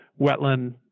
wetland